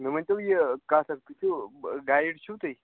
مےٚ ؤنۍ تَو یہِ کَتھ اَکھ تُہۍ چھُو گایِڈ چھُو تُہۍ